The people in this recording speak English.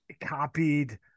copied